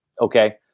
Okay